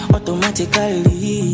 Automatically